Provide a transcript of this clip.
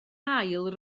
ail